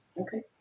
Okay